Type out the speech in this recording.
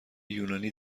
یونانی